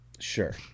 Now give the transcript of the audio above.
Sure